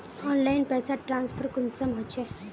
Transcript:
Online पैसा transfer कुंसम होचे?